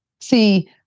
See